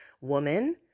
woman